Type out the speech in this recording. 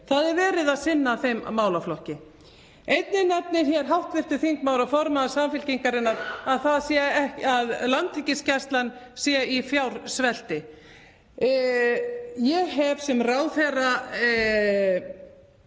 Það er verið að sinna þeim málaflokki. Einnig nefnir hv. þingmaður og formaður Samfylkingarinnar að Landhelgisgæslan sé í fjársvelti. Ég hef sem ráðherra